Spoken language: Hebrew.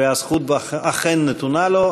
והזכות אכן נתונה לו.